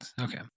Okay